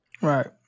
Right